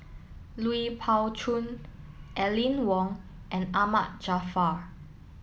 Lui Pao Chuen Aline Wong and Ahmad Jaafar